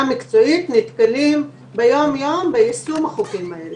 מקצועית נתקלים ביום-יום ביישום החוקים האלה.